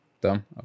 Dumb